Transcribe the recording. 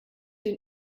den